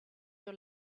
your